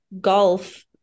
golf